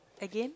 again